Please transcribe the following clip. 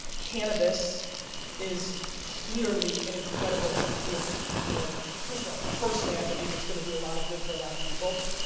cannabis is clearly an incredible frontier for, and you know first of all, personally, i believe it's gonna do a lot of good for a lot of people,